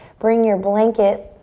bring your blanket